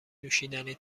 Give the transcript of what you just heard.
نوشیدنی